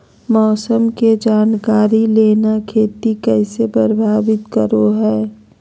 मौसम के जानकारी लेना खेती के कैसे प्रभावित करो है?